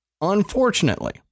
Unfortunately